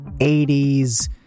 80s